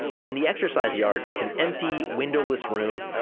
and the exercise yard is an empty, windowless room,